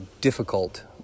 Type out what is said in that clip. difficult